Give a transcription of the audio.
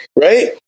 right